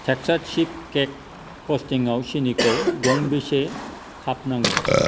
Texas sheet cake फ्रसटिङाव सिनिखौ गंबेसे काप नांगौ